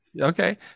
Okay